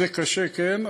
זה קשה, כן.